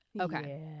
okay